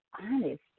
honest